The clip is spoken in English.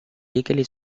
legally